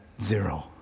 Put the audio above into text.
zero